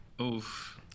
Oof